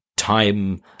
Time